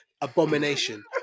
abomination